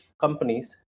companies